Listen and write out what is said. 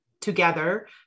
together